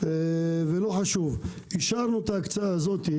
ולא חשוב, אישרנו את ההקצאה הזאת,